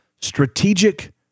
strategic